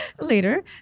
later